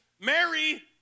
Mary